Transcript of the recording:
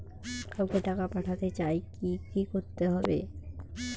কাউকে টাকা পাঠাতে চাই কি করতে হবে?